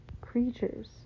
creatures